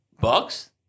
Bucks